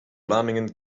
vlamingen